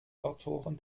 autoren